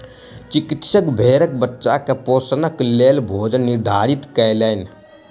चिकित्सक भेड़क बच्चा के पोषणक लेल भोजन निर्धारित कयलैन